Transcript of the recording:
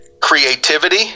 creativity